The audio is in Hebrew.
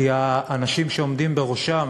כי האנשים שעומדים בראשם